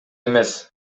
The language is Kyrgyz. эмес